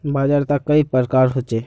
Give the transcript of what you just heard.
बाजार त कई प्रकार होचे?